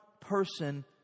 person